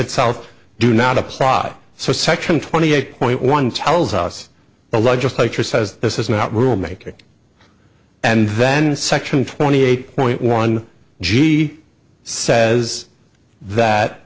itself do not apply so section twenty eight point one tells us the legislature says this is not rule making and then section twenty eight point one g says that